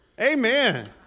Amen